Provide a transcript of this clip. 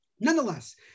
Nonetheless